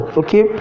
okay